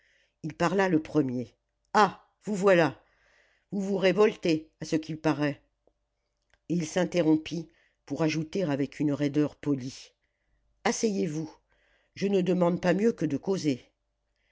il parla le premier ah vous voilà vous vous révoltez à ce qu'il paraît et il s'interrompit pour ajouter avec une raideur polie asseyez-vous je ne demande pas mieux que de causer